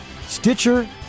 stitcher